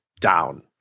down